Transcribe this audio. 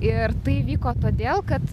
ir tai įvyko todėl kad